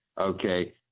Okay